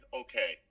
okay